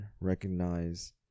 recognize